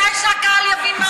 כדאי שהקהל יבין מה הוא אומר.